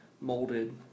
molded